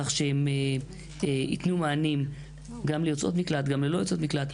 כך שהם ייתנו מענים גם ליוצאות מקלט וגם ללא יוצאות מקלט,